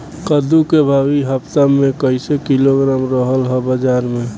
कद्दू के भाव इ हफ्ता मे कइसे किलोग्राम रहल ह बाज़ार मे?